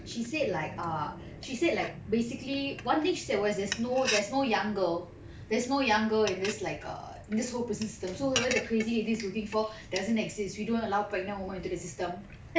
she said like err she said like basically one thing she said was there's no there's no young girl there's no young girl in this like err this whole prison system so whoever the crazy lady is looking for doesn't exist we don't allow pregnant woman into the system